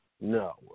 No